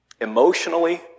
emotionally